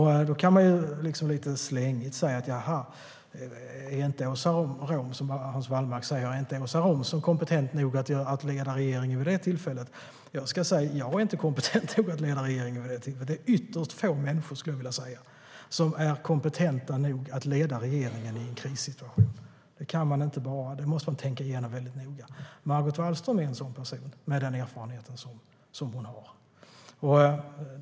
Då kan man lite slängigt undra - som Hans Wallmark gör - om Åsa Romson inte är kompetent nog att leda regeringen vid det tillfället. Jag ska säga att jag inte är kompetent nog att leda regeringen vid det tillfället. Det är ytterst få människor som är kompetenta nog att leda regeringen i en krissituation. Det måste man tänka igenom noga. Margot Wallström är en sådan person med den erfarenhet hon har.